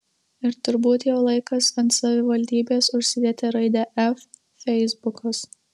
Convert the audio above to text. ir turbūt jau laikas ant savivaldybės užsidėti raidę f feisbukas